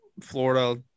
Florida –